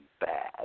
bad